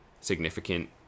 significant